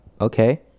okay